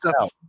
out